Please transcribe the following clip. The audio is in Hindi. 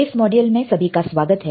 इस मॉड्यूल में सभी का स्वागत है